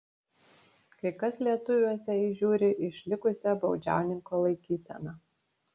kai kas lietuviuose įžiūri išlikusią baudžiauninko laikyseną